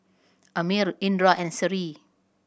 Ammir Indra and Seri